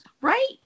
Right